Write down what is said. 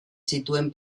zituen